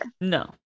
No